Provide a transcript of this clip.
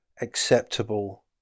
acceptable